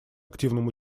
активным